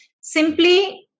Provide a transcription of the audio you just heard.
simply